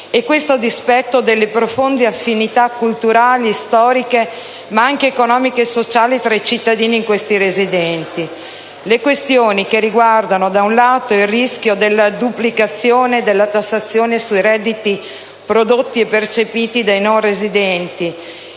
Paesi, a dispetto delle profonde affinità culturali, storiche, ma anche economiche e sociali, tra i cittadini in questi residenti. Le questioni che riguardano, da un lato, il rischio di duplicazione della tassazione sui redditi prodotti e percepiti dai non residenti